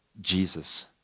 Jesus